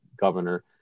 governor